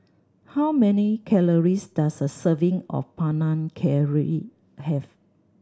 how many calories does a serving of Panang Curry have